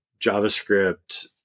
javascript